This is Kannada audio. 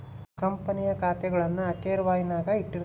ಕಂಪನಿಯ ಖಾತೆಗುಳ್ನ ಆರ್ಕೈವ್ನಾಗ ಇಟ್ಟಿರ್ತಾರ